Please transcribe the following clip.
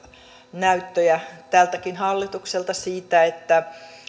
näyttöjä tältäkin hallitukselta siitä että